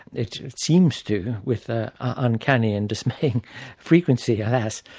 it seems to with ah uncanny and dismaying frequency alas,